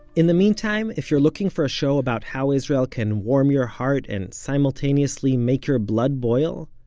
in the meantime, if you're looking for show about how israel can warm your heart and simultaneously make your blood boil,